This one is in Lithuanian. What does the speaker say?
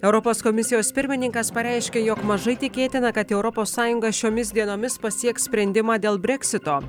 europos komisijos pirmininkas pareiškė jog mažai tikėtina kad europos sąjunga šiomis dienomis pasieks sprendimą dėl breksito